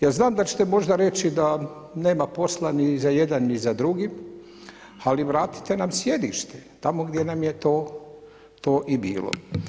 Ja znam da ćete možda reći da nema posla ni za jedan ni za drugi, ali vratite nam sjedište tamo gdje nam je to i bilo.